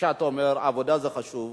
כפי שאתה אומר, עבודה זה חשוב,